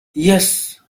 yes